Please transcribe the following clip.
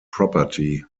property